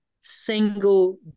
single